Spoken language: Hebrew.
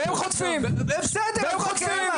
והם חוטפים, והם חוטפים.